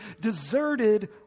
deserted